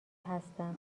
هستم